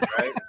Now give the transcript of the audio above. right